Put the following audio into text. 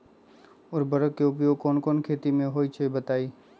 उर्वरक के उपयोग कौन कौन खेती मे होई छई बताई?